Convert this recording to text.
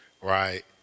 right